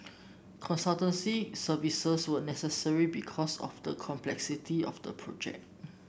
consultancy services were necessary because of the complexity of the project